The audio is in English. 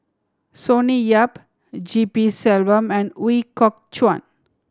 Sonny Yap G P Selvam and Ooi Kok Chuen